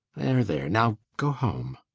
there, there now go home.